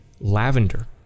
lavender